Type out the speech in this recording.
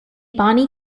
bonny